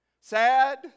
Sad